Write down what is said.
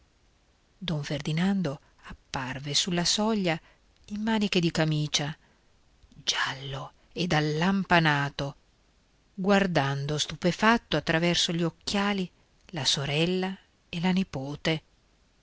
don ferdinando apparve sulla soglia in maniche di camicia giallo ed allampanato guardando stupefatto attraverso gli occhiali la sorella e la nipote